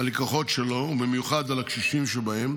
הלקוחות שלו ובמיוחד על הקשישים שבהם,